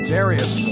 Darius